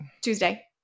Tuesday